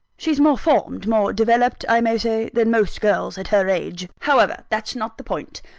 she's more formed, more developed i may say, than most girls at her age. however, that's not the point.